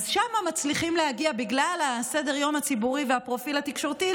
אז שם מצליחים להגיע להישגים בגלל סדר-היום הציבורי והפרופיל התקשורתי.